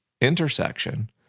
intersection